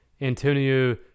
Antonio